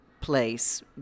place